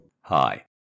Hi